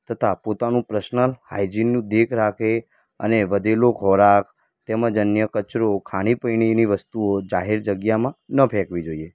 તથા પોતાનું પર્સનલ હાઇજીનનું દેખ રાખે અને વધેલો ખોરાક તેમજ અન્ય કચરો ખાણી પાણીની વસ્તુઓ જાહેર જગ્યામાં ન ફેંક્વી જોઇએ